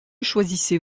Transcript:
choisissez